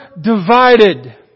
divided